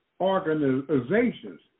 organizations